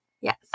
Yes